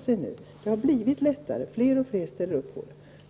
Fler och fler tandläkare ägnar sig åt denna verksamhet.